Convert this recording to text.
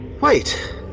Wait